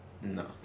No